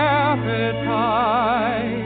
appetite